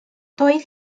doedd